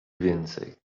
więcej